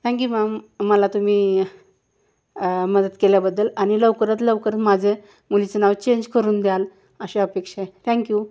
thank you ma'am मला तुम्ही मदत केल्याबद्दल आणि लवकरात लवकर माझे मुलीचं नाव चेंज करून द्याल अशी अपेक्षा आहे थँक्यू